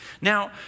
Now